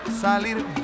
salir